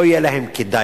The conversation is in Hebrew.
כבר לא יהיה להם כדאי.